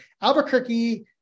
Albuquerque